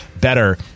better